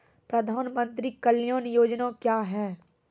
प्रधानमंत्री कल्याण योजना क्या हैं?